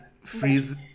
freeze